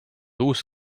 uus